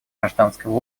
гражданского